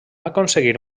aconseguir